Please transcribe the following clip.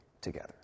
together